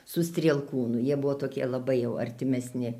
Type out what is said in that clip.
su strielkūnu jie buvo tokie labai jau artimesni